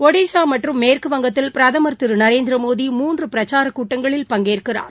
ஒடிஸா மற்றும் மேற்குவங்கத்தில் பிரதமா் திரு நரேந்திரமோடி மூன்று பிரச்சாரக் கூட்டங்களில் பங்கேற்கிறார்